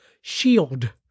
shield